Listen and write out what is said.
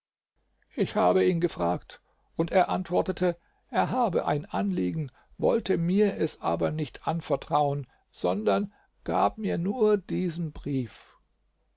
ich habe ihn gefragt und er antwortete er habe ein anliegen wollte mir es aber nicht anvertrauen sondern gab mir nur diesen brief